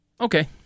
Okay